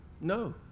No